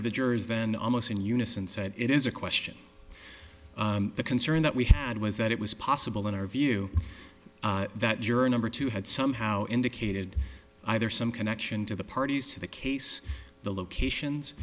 of the jurors then almost in unison said it is a question the concern that we had was that it was possible in our view that juror number two had somehow indicated either some connection to the parties to the case the locations